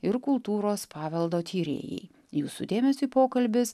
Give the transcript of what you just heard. ir kultūros paveldo tyrėjai jūsų dėmesiui pokalbis